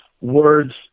words –